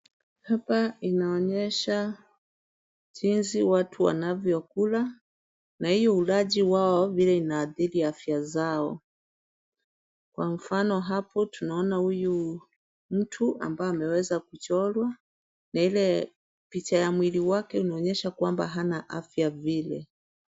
Hapa inaonyesha jinsi watu wanavyokula na hiyo ulaji wao vile inaathiri afya zao. Kwa mfano hapo tunaona huyu mtu ambaye ameweza kuchorwa na ile picha ya mwili wake unaonyesha kwamba hana afya vile.